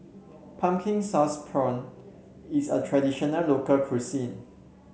Pumpkin Sauce Prawns is a traditional local cuisine